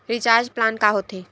Recharge plan का होथे?